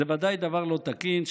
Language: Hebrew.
זה בוודאי דבר לא תקין,